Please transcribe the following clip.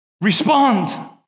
Respond